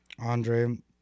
Andre